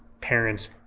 parents